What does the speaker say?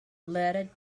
letter